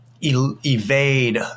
evade